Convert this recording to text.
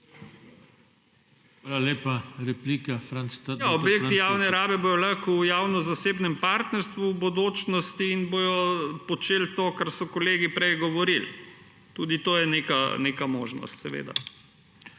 objekt javne rabe bo lahko v javno-zasebnem partnerstvu v bodočnosti in bodo počeli to, kar so kolegi prej govorili. Tudi to je nekaj možnost seveda.